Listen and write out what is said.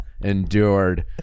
endured